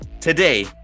today